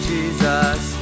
Jesus